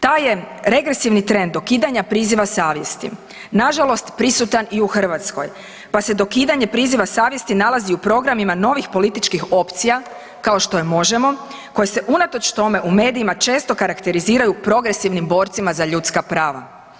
Taj je regresivni trend dokidanja priziva savjesti nažalost prisutan i u Hrvatskoj, pa se dokidanje priziva savjesti nalazi u programima novih političkim opcija kao što je Možemo! koje se unatoč tome u medijima često karakteriziraju progresivnim borcima za ljudska prava.